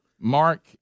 Mark